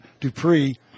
Dupree